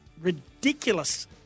ridiculous